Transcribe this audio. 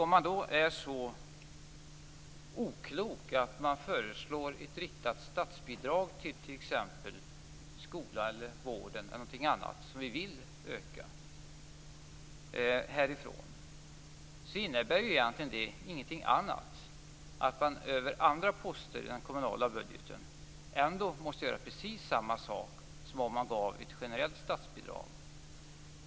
Om man då är så oklok att man föreslår ett riktat statsbidrag till t.ex. skolan eller vården eller någonting annat som vi vill öka härifrån, innebär det egentligen ingenting annat än att man över andra poster i den kommunala budgeten ändå måste göra precis samma sak som om man gav ett generellt statsbidrag.